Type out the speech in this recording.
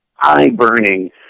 eye-burning